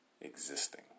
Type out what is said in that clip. existing